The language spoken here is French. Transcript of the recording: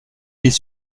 les